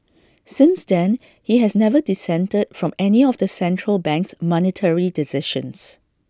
since then he has never dissented from any of the central bank's monetary decisions